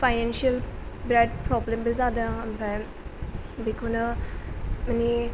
financial बिराद प्रब्लेमबो जादों ओमफ्राय बेखौनो माने